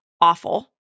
awful